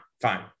fine